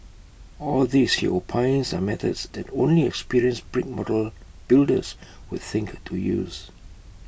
all these he opines are methods that only experienced brick model builders would think to use